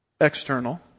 External